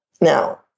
Now